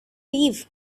live